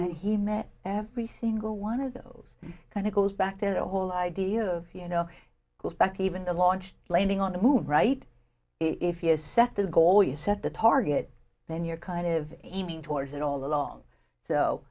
and he met every single one of those kind of goes back to the whole idea of you know goes back even the launch landing on the move right if you set the goal you set the target then you're kind of aiming towards it all along so